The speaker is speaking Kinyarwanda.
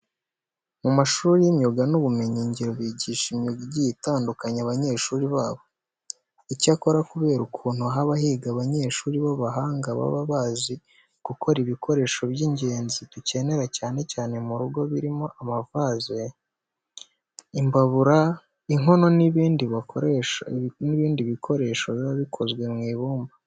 Mu mashuri y'imyuga n'ubumenyingiro bigisha imyuga igiye itandukanye abanyeshuri babo. Icyakora kubera ukuntu haba higa abanyeshuri b'abahanga baba bazi gukora ibikoresho by'ingenzi dukenera cyane cyane mu rugo birimo amavaze, imbabura, inkono n'ibindi bikoresho biba bikozwe mu ibumba.